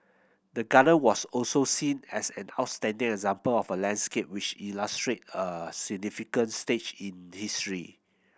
the garden was also seen as an outstanding example of a landscape which illustrate a significant stage in history